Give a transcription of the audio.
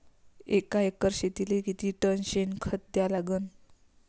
एका एकर शेतीले किती टन शेन खत द्या लागन?